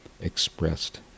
expressed